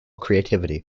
creativity